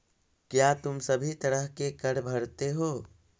क्या तुम सभी तरह के कर भरते हो?